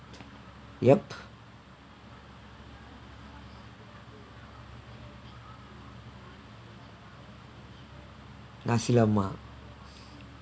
yup nasi lemak